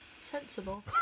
sensible